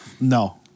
No